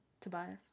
Tobias